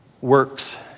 Works